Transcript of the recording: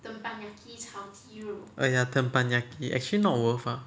oh ya teppanyaki actually not worth ah